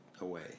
away